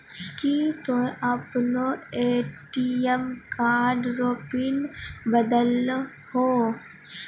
की तोय आपनो ATM card रो पिन बदलहो